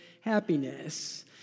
happiness